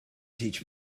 teach